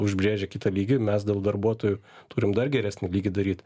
užbrėžė kitą lygį mes dėl darbuotojų turim dar geresnį lygį daryt